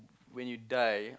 when you die